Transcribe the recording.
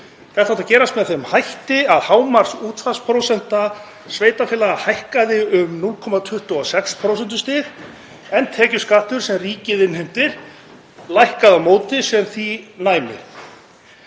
Þetta átti að gerast með þeim hætti að hámarksútsvarsprósenta sveitarfélaga hækkaði um 0,26 prósentustig en tekjuskattur, sem ríkið innheimtir, lækkaði á móti sem því næmi.